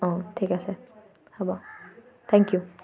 অঁ ঠিক আছে হ'ব থেংক ইউ